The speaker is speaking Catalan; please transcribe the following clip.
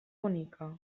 bonica